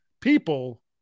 People